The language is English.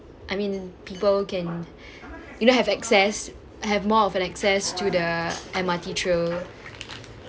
I mean people can you know have access have more of an access to the M_R_T trail